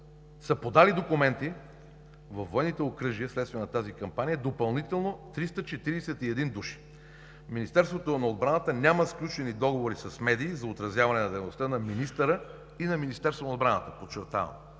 са подали документи във военните окръжия вследствие на тази кампания. Министерството на отбраната няма сключени договори с медии за отразяване на дейността на министъра и на Министерството на отбраната. Подчертавам,